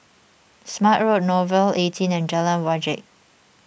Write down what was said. Smart Road Nouvel eighteen and Jalan Wajek